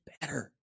better